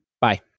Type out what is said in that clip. bye